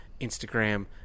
Instagram